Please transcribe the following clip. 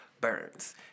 Burns